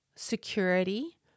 security